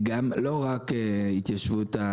לא רק החוזים של